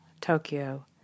Tokyo